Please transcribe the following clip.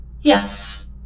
Yes